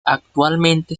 actualmente